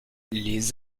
les